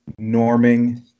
norming